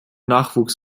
nachwuchs